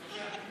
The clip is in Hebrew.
בבקשה.